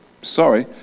Sorry